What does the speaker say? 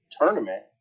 tournament